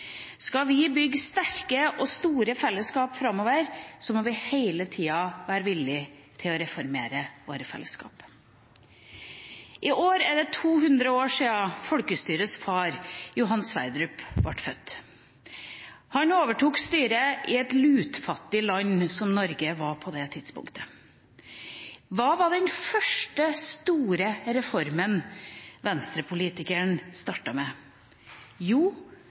Skal vi klare å bygge sterke og store fellesskap framover, må vi hele tida være villige til å reformere våre fellesskap. I år er det 200 år siden folkestyrets far, Johan Sverdrup, ble født. Han overtok styret i et lutfattig land, som Norge var på det tidspunktet. Hva var den første store reformen venstrepolitikeren startet med? Jo,